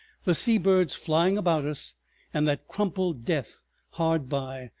the sea birds flying about us and that crumpled death hard by,